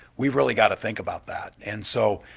we've really got to think about that and so,